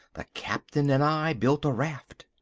the captain and i built a raft.